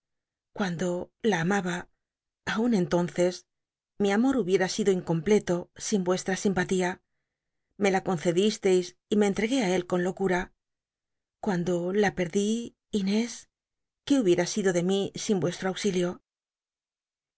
cuando la amaba aun entonces mi amor hubiera sido incompleto sin vuestra simpatía me la concedisteis y me entregué á él con locura cuando la perdí inés qué hubiera sido de mí sin vuestro auxilio